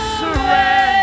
surrender